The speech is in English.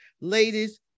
Ladies